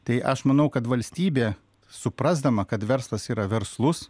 tai aš manau kad valstybė suprasdama kad verslas yra verslus